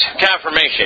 confirmation